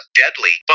deadly